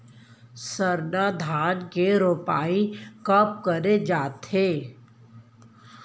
सरना धान के रोपाई कब करे जाथे?